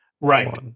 Right